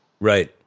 Right